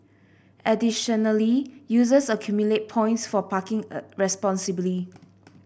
additionally users accumulate points for parking responsibly